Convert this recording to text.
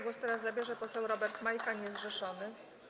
Głos teraz zabierze poseł Robert Majka, niezrzeszony.